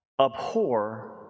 Abhor